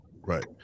Right